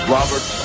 Robert